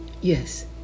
yes